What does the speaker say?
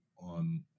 on